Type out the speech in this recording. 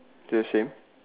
the same